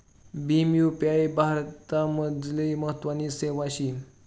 Bhim UPI भारतमझारली महत्वनी सेवा शे